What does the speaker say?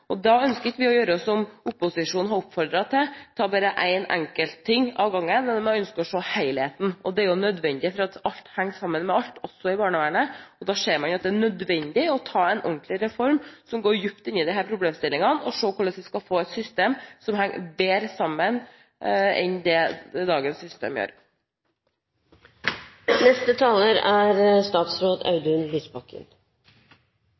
Da ønsker vi ikke å gjøre som opposisjonen har oppfordret til, nemlig å ta bare én enkelt ting om gangen, men man ønsker å se helheten. Det er nødvendig, for alt henger sammen med alt – også i barnevernet. Man ser at det er nødvendig med en ordentlig reform, som går dypt inn i disse problemstillingene, for å få et system som henger bedre sammen enn det dagens system